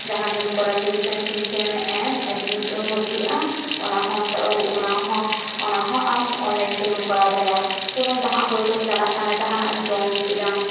ᱡᱟᱦᱟᱸᱜᱮᱢ ᱠᱚᱨᱟᱣ ᱴᱤᱣᱥᱚᱱ ᱯᱷᱤᱥᱮᱢ ᱮᱢ ᱵᱷᱚᱨᱛᱤᱼᱟᱢ ᱚᱱᱟᱦᱚᱸ ᱛᱟᱣ ᱚᱱᱟᱦᱚᱸ ᱚᱱᱟᱦᱚᱸ ᱟᱢ ᱚᱱᱞᱟᱭᱤᱱ ᱛᱮᱜᱮᱢ ᱠᱚᱨᱟᱣ ᱫᱟᱲᱮᱜᱼᱟ ᱡᱮᱢᱚᱱ ᱡᱟᱦᱟᱸ ᱦᱚᱭᱛᱚᱢ ᱪᱟᱞᱟᱜ ᱠᱟᱱᱟ ᱡᱟᱦᱟᱱᱟᱜᱼᱮᱢ ᱡᱚᱢ ᱠᱮᱫᱟᱢ